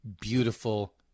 beautiful